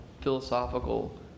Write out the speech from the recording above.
philosophical